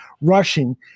rushing